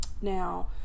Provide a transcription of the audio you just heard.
now